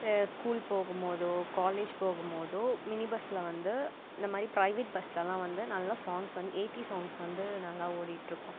school போகும் போதோ college போகும் போதோ மினி பஸ்ஸில் வந்து இந்த மாதிரி பிரைவேட் பஸ்லலாம் வந்து நல்லா சாங்ஸ் வந்து எயிட்டிஸ் சாங்ஸ் வந்து நல்லா ஓடிட்டுருக்கும்